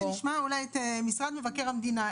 כדאי אולי שנשמע את משרד מבקר המדינה,